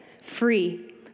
free